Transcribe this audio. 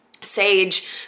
Sage